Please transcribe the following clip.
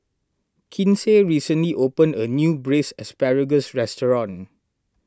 Kinsey recently opened a new Braised Asparagus restaurant